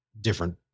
different